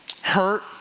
hurt